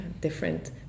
different